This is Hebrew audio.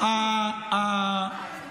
שתזהיר אותו.